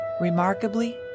Remarkably